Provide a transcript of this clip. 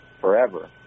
forever